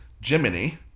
Jiminy